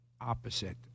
opposite